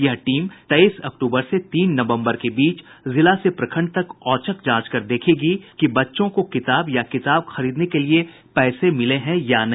यह टीम तेईस अक्टूबर से तीन नवंबर के बीच जिला से प्रखण्ड तक औचक जांच कर देखेगी कि बच्चों को किताब या किताब खरीदने के लिये पैसे मिले या नहीं